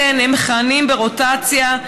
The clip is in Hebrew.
הם מכהנים ברוטציה,